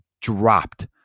dropped